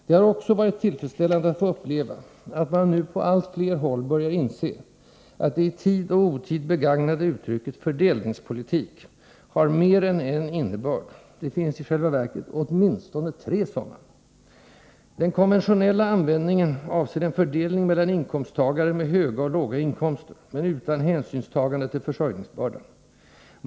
Det har också varit tillfredsställande att få uppleva att man nu på allt flera håll börjar inse att det i tid och otid begagnade uttrycket ”fördelningspolitik” har mer än en innebörd — det finns i själva verket åtminstone tre sådana. Den konventionella användningen avser en fördelning mellan inkomsttagare med höga och låga inkomster, men utan hänsynstagande till försörjningsbördan.